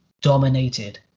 Dominated